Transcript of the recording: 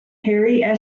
harry